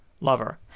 lover